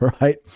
right